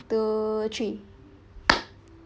two three